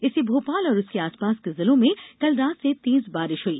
इससे भोपाल और उसके आसपास के जिलों में कल रात से तेज बारिष हुई